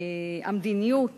המדיניות